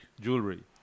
Jewelry